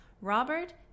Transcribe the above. Robert